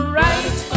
right